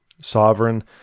sovereign